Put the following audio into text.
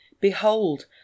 Behold